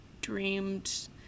dreamed